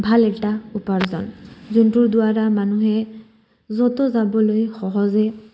ভাল এটা উপাৰ্জন যোনটোৰ দ্বাৰা মানুহে য'তে যাবলৈ সহজে